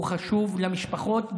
הוא חשוב למשפחות,